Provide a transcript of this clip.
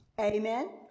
Amen